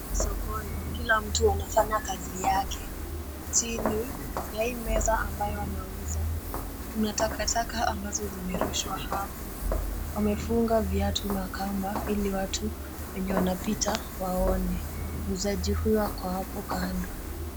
Sokoni kila mtu anafanya kazi yake. Chini ya hii meza ambayo anauza kuna takataka ambazo zimerushwa hapo. Amefunga viatu na kamba ili watu wenye wanapita waone. Muuzaji huyo ako hapo kando.